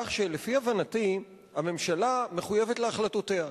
כך שלפי הבנתי הממשלה מחויבת להחלטותיה,